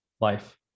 life